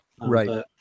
Right